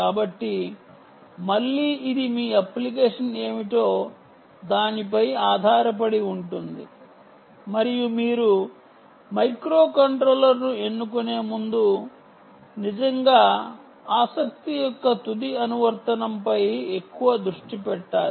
కాబట్టి మళ్ళీ ఇది మీ అప్లికేషన్ ఏమిటో దానిపై ఆధారపడి ఉంటుంది మరియు మీరు మైక్రోకంట్రోలర్ను ఎన్నుకునే ముందు నిజంగా ఆసక్తి యొక్క తుది అనువర్తనంపై ఎక్కువ దృష్టి పెట్టాలి